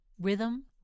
rhythm